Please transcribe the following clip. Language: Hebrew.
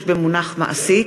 שעה),